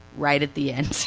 right at the end